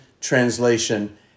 Translation